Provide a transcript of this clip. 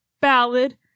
Ballad